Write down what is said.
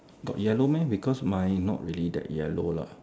got yellow meh because mine not really that yellow lah